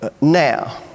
now